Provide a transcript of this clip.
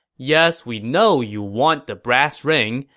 yes, we know you want the brass ring,